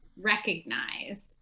recognized